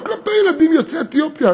לא כלפי ילדים יוצאי אתיופיה,